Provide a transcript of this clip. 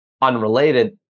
unrelated